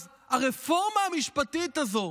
אז הרפורמה המשפטית הזו